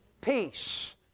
peace